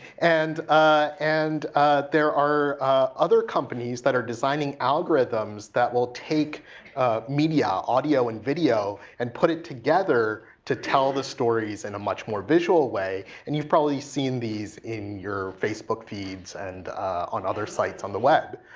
and ah and there are other companies that are designing algorithms that will take media, audio, and video, and put it together to tell the stories in a much more visual way. and you've probably seen these in your facebook feeds and on other sites on the web.